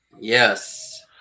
Yes